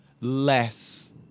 less